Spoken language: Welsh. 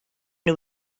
nhw